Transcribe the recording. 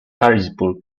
harrisburg